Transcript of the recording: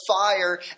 fire